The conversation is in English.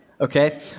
Okay